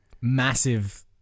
massive